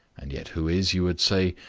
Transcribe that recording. and yet who is, you would say,